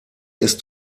ist